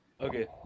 Okay